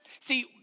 See